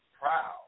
proud